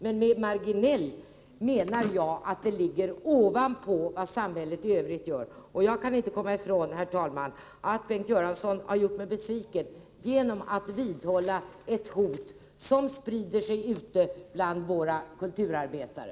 Med ”marginell” menar jag att detta stöd ligger ovanpå det stöd som samhället ger. Bengt Göransson har gjort mig besviken genom att vidhålla ett hot, som sprider sig ute bland våra kulturarbetare.